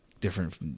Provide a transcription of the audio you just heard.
different